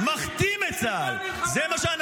אין לך בושה?